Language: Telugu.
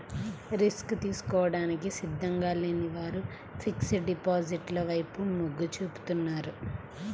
రిస్క్ తీసుకోవడానికి సిద్ధంగా లేని వారు ఫిక్స్డ్ డిపాజిట్ల వైపు మొగ్గు చూపుతున్నారు